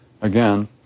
again